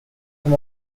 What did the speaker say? from